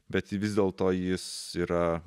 bet vis dėlto jis yra